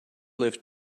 lift